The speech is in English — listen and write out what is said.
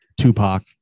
Tupac